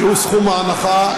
שהוא סכום ההנחה,